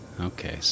okay